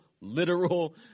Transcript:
literal